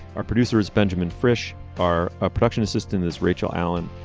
our producer is benjamin frisch our ah production assistant is rachel allen.